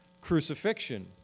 crucifixion